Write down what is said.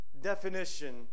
definition